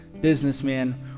businessman